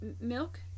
milk